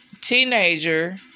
teenager